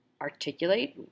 articulate